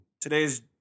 Today's